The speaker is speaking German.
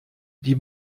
die